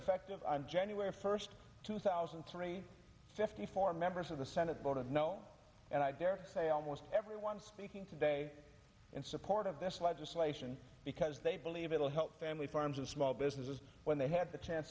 effective on january first two thousand and three fifty four members of the senate voted no and i dare say almost everyone speaking today in support of this legislation because they believe it will help family farms and small businesses when they had the chance